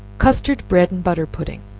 custard bread and butter pudding.